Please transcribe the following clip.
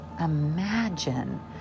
imagine